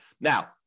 now